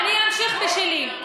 אני אמשיך בשלי.